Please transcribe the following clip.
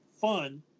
fun